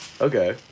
Okay